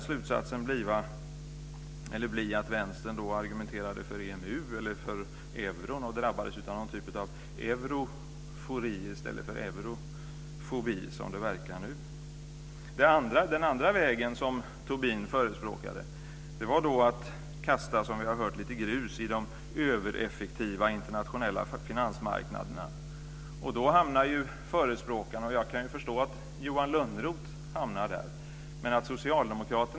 Slutsatsen skulle då bli att vänstern argumenterade för EMU eller för euron och drabbades av någon typ av "eurofori" i stället för "eurofobi" - som nu verkar vara fallet. Den andra vägen som Tobin förespråkade var, som vi har hört, att kasta lite grus i de övereffektiva internationella finansmarknaderna. Då hamnar förespråkarna i att argumentera för någon form av kontrollerande ny överstatlig skattestruktur.